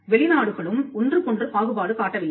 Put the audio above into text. வெளிநாடுகளும் ஒன்றுக்கொன்று பாகுபாடு காட்டவில்லை